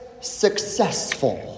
successful